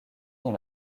dans